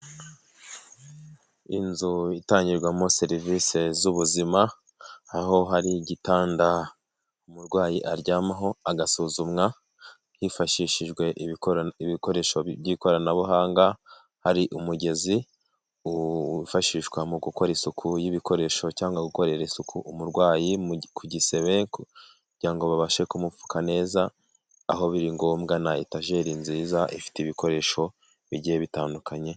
Inzu itangirwamo serivisi z'ubuzima, aho hari igitanda umurwayi aryamaho agasuzumwa hifashishijwe ibikoresho by'ikoranabuhanga. Hari umugezi wifashishwa mu gukora isuku y'ibikoresho cyangwa gukorera isuku umurwayi ku gisebe kugira ngo babashe kumupfuka neza aho biri ngombwa na etageur nziza ifite ibikoresho bigiye bitandukanye.